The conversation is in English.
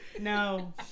No